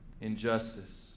injustice